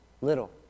little